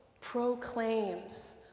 proclaims